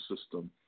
system